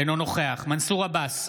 אינו נוכח מנסור עבאס,